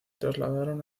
trasladaron